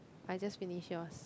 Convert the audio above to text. I just finish yours